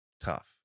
tough